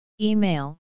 Email